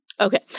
Okay